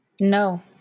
No